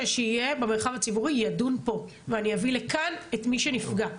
שיהיה במרחב הציבורי יידון פה ואני אביא לכאן את מי שנפגע.